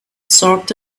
soaked